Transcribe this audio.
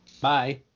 Bye